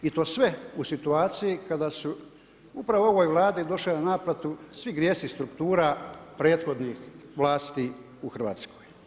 I to sve u situaciji kada su upravo u ovoj Vladi došlo je u naplatu svih grijesi struktura, prethodnih vlasti u Hrvatskoj.